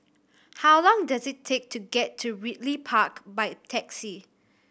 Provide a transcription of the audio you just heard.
how long does it take to get to Ridley Park by taxi